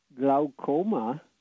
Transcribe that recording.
glaucoma